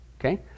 okay